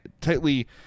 tightly